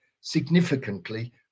significantly